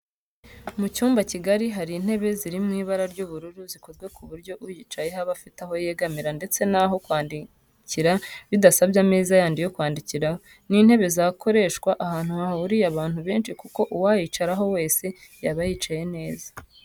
Mu cyumba kigari hari intebe ziri mu ibara ry'ubururu zikozwe ku buryo uyicayeho aba afite aho yegamira ndetse n'aho kwandikira bidasabye ameza yandi yo kwandikiraho. Ni intebe zakoreshwa ahantu hahuriye abantu benshi kuko uwayicaraho wese yaba yicaye neza